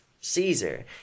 Caesar